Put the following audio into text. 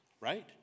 right